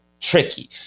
tricky